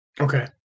Okay